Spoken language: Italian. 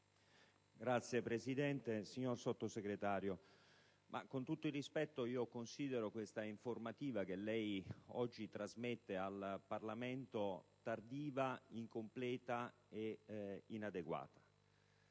Signora Presidente, signor Sottosegretario, con tutto il rispetto, considero l'informativa che lei oggi trasmette al Parlamento tardiva, incompleta e inadeguata.